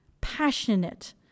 Passionate